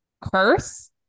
curse